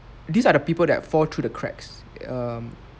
these are the people that fall through the cracks um